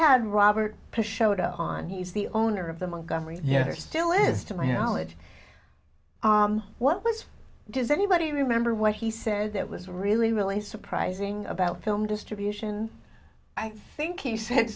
had robert push showed up on he's the owner of the montgomery yeah there still is to my knowledge what was does anybody remember what he said that was really really surprising about film distribution i think he said